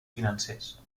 financers